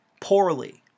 poorly